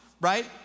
right